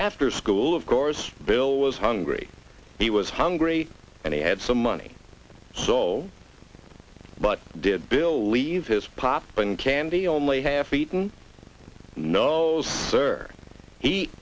after school of course bill was hungry he was hungry and he had some money so but did believe his popping candy only half eaten no sir he